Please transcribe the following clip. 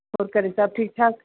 ਹੋਰ ਘਰ ਸਭ ਠੀਕ ਠਾਕ